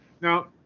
Now